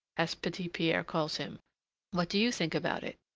as petit-pierre calls him what do you think about it?